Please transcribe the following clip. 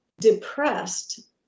depressed